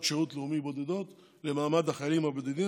שירות לאומי בודדות למעמד החיילים הבודדים.